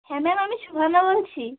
হ্যাঁ ম্যাম আমি সুমনা বলছি